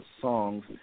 songs